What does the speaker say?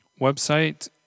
website